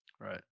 Right